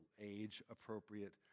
age-appropriate